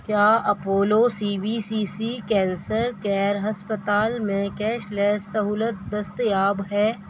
کیا Apollo C B C C cancer care ہسپتال میں کیش لیس سہولت دستیاب ہے